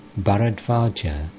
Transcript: Bharadvaja